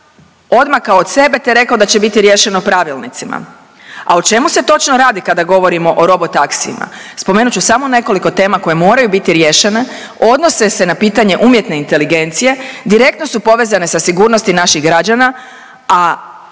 odmakao od sebe te rekao da će biti riješeno pravilnicima. A o čemu se točno radi kada govorimo o robotaksijima? Spomenut ću samo nekoliko tema koje moraju biti riješene, odnose se na pitanje umjetne inteligencije, direktno su povezane sa sigurnosti naših građana,